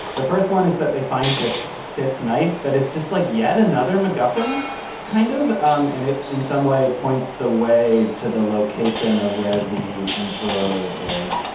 the first one is that they find this scythe knife that is just like yet another macguffin kind of um in it in some way points the way to the location of where the emperor is.